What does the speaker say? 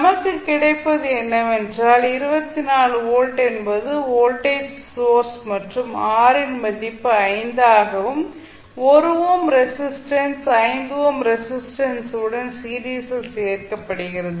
நமக்கு கிடைப்பது என்னவென்றால் 24 வோல்ட் என்பது வோல்டேஜ் சோர்ஸ் மற்றும் R இன் மதிப்பு 5 ஆகவும் 1 ஓம் ரெசிஸ்டன்ஸ் 5 ஓம் ரெசிஸ்டன்ஸுடன் சீரிஸில் சேர்க்கப்படுகிறது